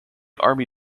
army